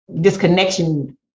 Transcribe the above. disconnection